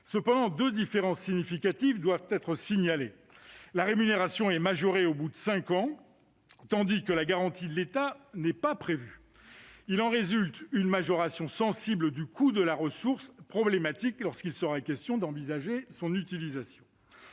Cependant, deux différences significatives doivent être signalées : la rémunération est majorée au bout de cinq ans, tandis que la garantie de l'État n'est pas prévue. Il en résulte une majoration sensible du coût de la ressource, problématique lorsqu'il sera question d'envisager son utilisation.